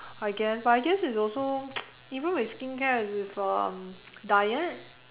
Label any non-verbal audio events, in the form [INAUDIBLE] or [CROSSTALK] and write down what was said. I guess but I guess it's also [NOISE] even with skincare with um diet